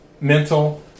mental